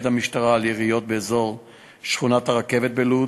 המשטרה על יריות באזור שכונת-הרכבת בלוד,